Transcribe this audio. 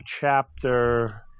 chapter